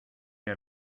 had